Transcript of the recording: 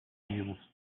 meals